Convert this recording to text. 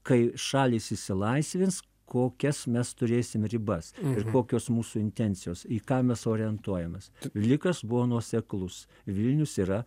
kai šalys išsilaisvins kokias mes turėsim ribas ir kokios mūsų intencijos į ką mes orientuojamės vlikas buvo nuoseklus vilnius yra